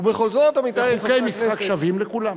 חוקי משחק שווים לכולם.